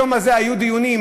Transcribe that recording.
היום הזה היו דיונים,